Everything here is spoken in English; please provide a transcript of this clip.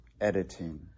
editing